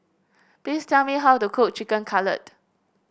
please tell me how to cook Chicken Cutlet